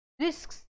risks